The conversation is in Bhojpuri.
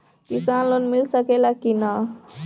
किसान लोन मिल सकेला कि न?